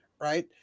Right